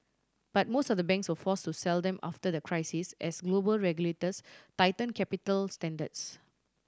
but most of the banks were force to sell them after the crisis as global regulators tighten capital standards